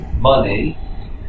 money